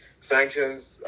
sanctions